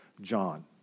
John